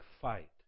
Fight